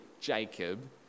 jacob